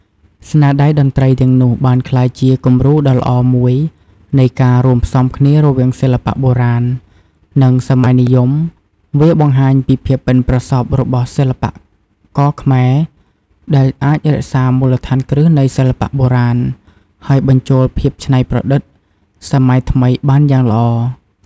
ស្នាដៃតន្ត្រីទាំងនោះបានក្លាយជា គំរូដ៏ល្អមួយនៃការរួមផ្សំគ្នារវាងសិល្បៈបុរាណ និងសម័យនិយម វាបង្ហាញពីភាពប៉ិនប្រសប់របស់សិល្បករខ្មែរ ដែលអាចរក្សាមូលដ្ឋានគ្រឹះនៃសិល្បៈបុរាណ ហើយបញ្ចូលភាពច្នៃប្រឌិតសម័យថ្មីបានយ៉ាងល្អ។